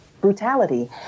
brutality